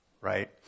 right